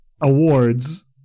Awards